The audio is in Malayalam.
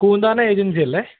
കൂന്താനം ഏജൻസി അല്ലേ